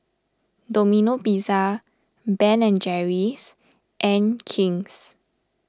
Domino Pizza Ben and Jerry's and King's